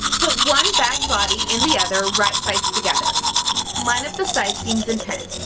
put one bag body in the other right sides together line up the side seams and pin